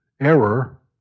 error